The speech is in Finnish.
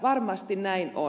varmasti näin on